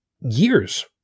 years